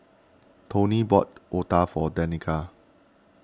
Tony bought Otah for Danica